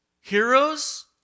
heroes